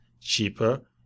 cheaper